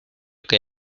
que